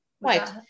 Right